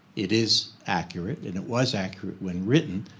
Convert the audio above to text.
it is accurate. and it was accurate when written.